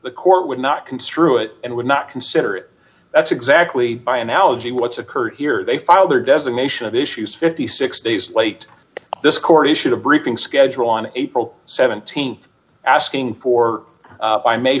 the court would not construe it and would not consider it that's exactly my analogy what's occurred here they filed their designation of issues fifty six days late this court issued a briefing schedule on april th asking for by may